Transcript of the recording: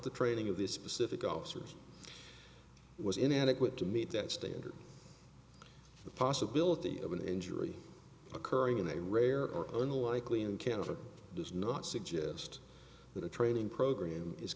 the training of the specific officers was inadequate to meet that standard the possibility of an injury occurring in a rare or unlikely in canada does not suggest that a training program is